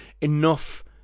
enough